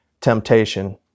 temptation